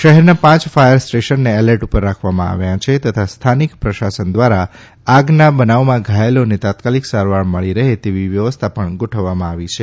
શહેરના પાંચ ફાયર સ્ટેશનને એલર્ટ ઉપર રાખવામાં આવ્યા છે તથા સ્થાનિક પ્રશાસન ધ્વારા આગળના બનાવમાં ઘાયલોને તાત્કાલિક સારવાર મળી રહે તેવી વ્યવસ્થા કરવામાં આવી છે